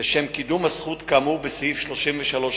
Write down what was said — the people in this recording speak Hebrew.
לשם קידום הזכות כאמור בסעיף 33ח,